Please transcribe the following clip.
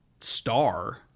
star